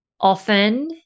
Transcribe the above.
often